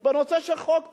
בנושא של חוק טל,